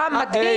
רם, מדהים,